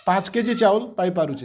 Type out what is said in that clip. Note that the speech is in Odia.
ପାଞ୍ଚ କେଜି ଚାଉଲ୍ ପାଇପାରୁଛେ